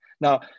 Now